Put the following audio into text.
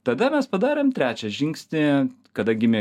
tada mes padarėm trečią žingsnį kada gimė